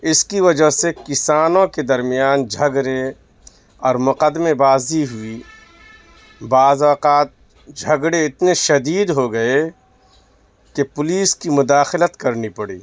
اس کی وجہ سے کسانوں کے درمیان جھگڑے اور مقدمہ بازی ہوئی بعض اوقات جھگڑے اتنے شدید ہو گئے کہ پولیس کی مداخلت کرنی پڑی